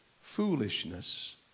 foolishness